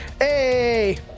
Hey